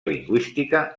lingüística